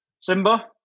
Simba